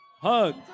Hug